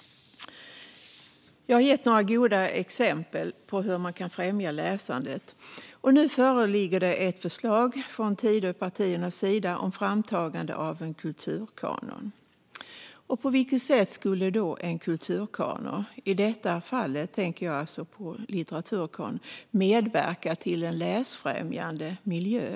Jag har gett några goda exempel på hur man kan främja läsandet. Nu föreligger ett förslag från Tidöpartiernas sida om framtagande av en kulturkanon. På vilket sätt skulle då en kulturkanon, i detta fall alltså en litteraturkanon, medverka till en läsfrämjande miljö?